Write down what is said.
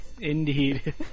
Indeed